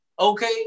Okay